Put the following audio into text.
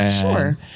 Sure